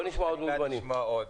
אני רוצה לשמוע עוד,